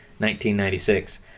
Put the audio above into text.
1996